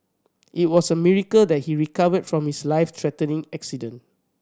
it was a miracle that he recovered from his life threatening accident